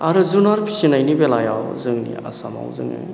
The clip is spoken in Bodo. आरो जुनार फिसिनायनि बेलायाव जोंनि आसामाव जोङो